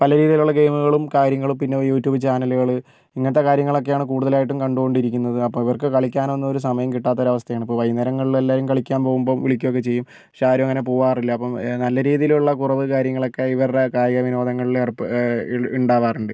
പല രീതിയിൽ ഉള്ള ഗെയിമുകളും കാര്യങ്ങള് പിന്നെ യുട്യൂബ് ചാനലുകള് ഇങ്ങനത്തെ കാര്യങ്ങളൊക്കെയാണ് കൂടുതലായിട്ടും കണ്ടുകൊണ്ടിരിക്കുന്നത് അപ്പോ ഇവർക്ക് കളിക്കാൻ ഒന്നും ഒരു സമയം കിട്ടാത്ത ഒരു അവസ്ഥയാണ് ഇപ്പോൾ വൈകുന്നേരങ്ങളിൽ എല്ലാവരും കളിക്കാൻ പോകുമ്പം വിളിക്കൊക്കെ ചെയ്യും പക്ഷെ ആരും അങ്ങനെ പോകാറില്ല അപ്പം നല്ല രീതിയിലുള്ള കുറവ് കാര്യങ്ങൾ ഒക്കെ ഇവർടെ കായിക വിനോദങ്ങളിൽ ഏർപ്പ് ഉണ്ടാവാറുണ്ട്